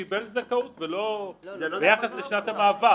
הוא קיבל זכאות - ביחס לשנת המעבר.